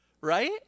right